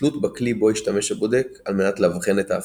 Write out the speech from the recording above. כתלות בכלי בו השתמש הבודק על מנת לאבחן את ההפרעה.